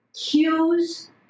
cues